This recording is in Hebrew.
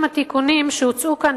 עם התיקונים שהוצעו כאן,